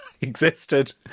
existed